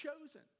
chosen